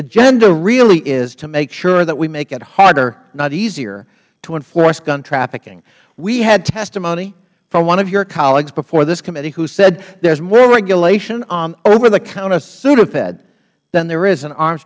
agenda really is to make sure that we make it harder not easier to enforce gun trafficking we had testimony from one of your colleagues before this committee who said there's more regulation on overthecounter sudafed than there is in arm